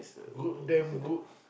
good damn good